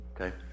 Okay